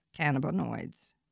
cannabinoids